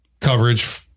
coverage